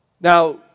Now